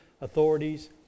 authorities